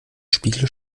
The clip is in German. spiegel